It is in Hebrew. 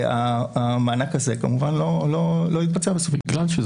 המענק הזה כמובן לא התבצע בסופו של דבר.